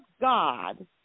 God